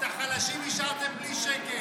את החלשים השארתם בלי שקל.